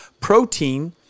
protein